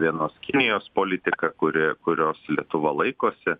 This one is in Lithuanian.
vienos kinijos politika kuri kurios lietuva laikosi